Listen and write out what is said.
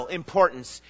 importance